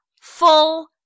full